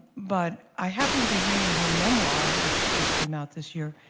but i happened to be reading her memoir, which just came out this year,